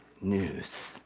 news